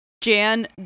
Jan